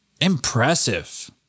impressive